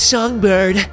Songbird